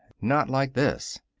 not like this!